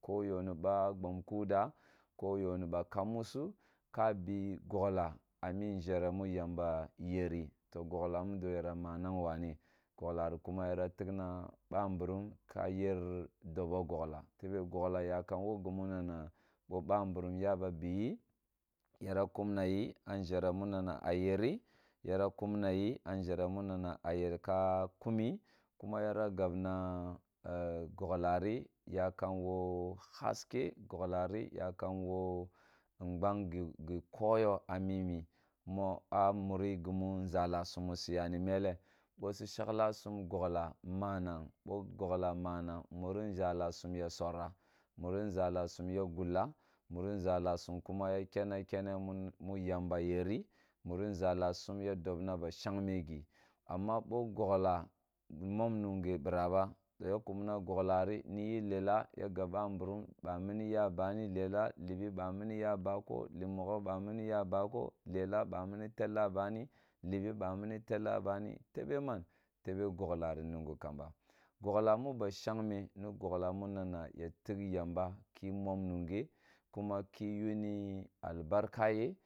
Ko yo ni ma gbom kunda ko yo ni ba kam musu ka bi gogla a mi nʒhere mu yamba yeri to gogla mudo yara manag wa ne goglari kuma yara tina ba mburum ka yer dobo gogla tbe gogla yakum wo gimu na na bo ba mburum ya ba bi yi yara kum na yi a nzhere muna na a yeri yara kum nayi nʒire muna na a yeri yara kum na yi nʒhere muna na a yeri yara kum na yi nʒhere nuba ba a yer ka. Kumi kuma yara gabna ee gogha ri yakum wo haske gogla ri yakam wo ngbang gi koyo amini mo a mure gimu ngala sum musi yani mele bosi shaglasum gogla manag bo gogla manag muri nʒala sum ya sora muri nʒalasum ya gulba muri nʒala sum kuma ya kenna kene mun mu yamba yeri muri nʒala sum ya dobna isa shangme gi amma bo gogla mom munge bira ba to ya kumna gogla ri niyi lela ya gab ba mburum ba mini ya bani lela livi ba mini yaba ko dim mogho ba mini ya ba ko lela ba mini tella bako dibi ba mini tella ba mtebe mab tebe gogla ri mungu kamba gogla mu ba shangme ni gogla munana ya tag yamba ki mam mange kuma ke yuni albarka ri